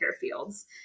fields